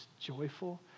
joyful